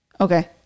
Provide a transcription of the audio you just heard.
Okay